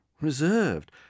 reserved